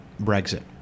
Brexit